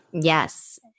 Yes